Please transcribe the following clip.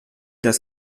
das